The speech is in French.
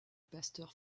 pasteur